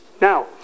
Now